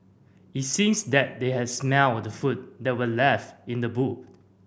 it seems that they had smelt the food that were left in the boot